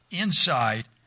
inside